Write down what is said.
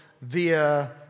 via